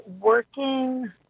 working